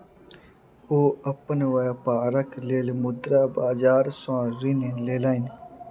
ओ अपन व्यापारक लेल मुद्रा बाजार सॅ ऋण लेलैन